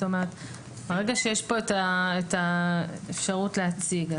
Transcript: ברגע שיש פה את האפשרות להציג,